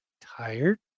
tired